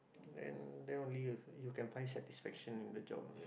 then then only you you can find satisfaction in the job